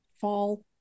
fall